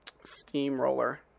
steamroller